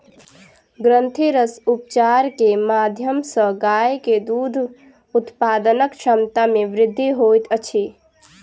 ग्रंथिरस उपचार के माध्यम सॅ गाय के दूध उत्पादनक क्षमता में वृद्धि होइत अछि